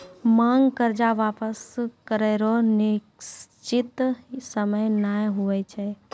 मांग कर्जा वापस करै रो निसचीत सयम नै हुवै छै